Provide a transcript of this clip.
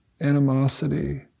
animosity